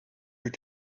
your